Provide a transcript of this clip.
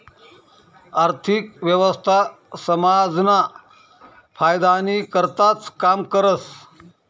आर्थिक व्यवस्था समाजना फायदानी करताच काम करस